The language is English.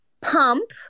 pump